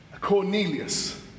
Cornelius